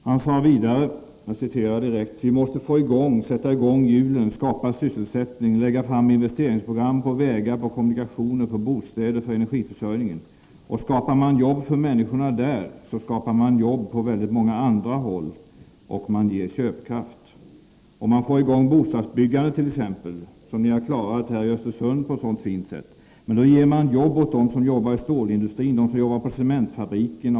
Han sade vidare: ”Vi måste få i gång, sätta i gång hjulen, skapa sysselsättning. Lägga fram investeringsprogram på vägar, på kommunikationer, på bostäder, för energiförsörjningen. Och skapar man jobb för människorna där, så skapar man jobb på väldigt många andra håll och man ger köpkraft. Om man får i gång bostadsbyggandet t.ex., som ni har klarat här i Östersund på ett sådant fint sätt. Men då ger man jobb åt dom som jobbar i stålindustrin och dom som jobbar på cementfabrikerna.